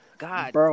God